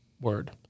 word